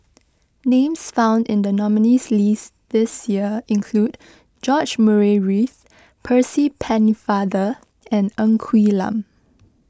names found in the nominees' list this year include George Murray Reith Percy Pennefather and Ng Quee Lam